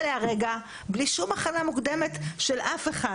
להרגע בלי שום הכנה מוקדמת של אף אחד.